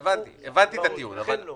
רבותיי, עם כל הכבוד, הוא עונה.